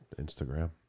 Instagram